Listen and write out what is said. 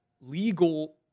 legal